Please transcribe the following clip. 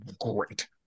great